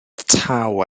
taw